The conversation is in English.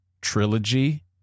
trilogy